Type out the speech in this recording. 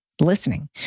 listening